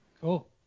Cool